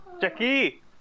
Jackie